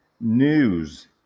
news